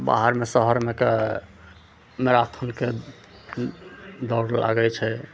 बाहरमे शहरमे कऽ मैराथनके दौड़ लागै छै